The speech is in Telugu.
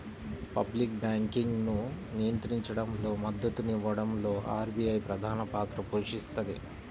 పబ్లిక్ బ్యాంకింగ్ను నియంత్రించడంలో, మద్దతునివ్వడంలో ఆర్బీఐ ప్రధానపాత్ర పోషిస్తది